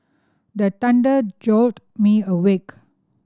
the thunder jolt me awake